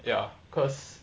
ya cause